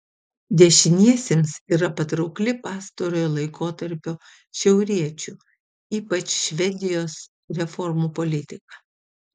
dešiniesiems yra patraukli pastarojo laikotarpio šiauriečių ypač švedijos reformų politika